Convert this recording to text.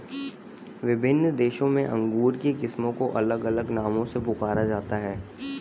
विभिन्न देशों में अंगूर की किस्मों को अलग अलग नामों से पुकारा जाता है